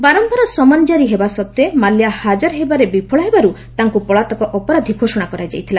ବାରମ୍ଭାର ସମନ୍ ଜାରି ହେବା ସତ୍ତ୍ୱେ ମାଲ୍ୟା ହାକର ହେବାରେ ବିଫଳ ହେବାରୁ ତାଙ୍କୁ ପଳାତକ ଅପରାଧୀ ଘୋଷଣା କରାଯାଇଥିଲା